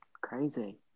Crazy